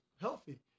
healthy